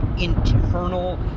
internal